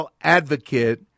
advocate